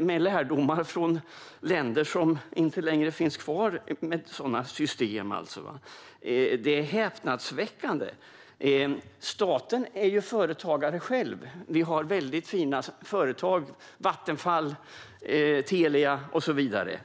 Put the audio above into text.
med lärdomar från länder med system som inte längre finns kvar. Det är häpnadsväckande. Staten är själv företagare. Vi har väldigt fina statliga företag - Vattenfall, Telia och så vidare.